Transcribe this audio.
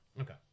Okay